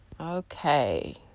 Okay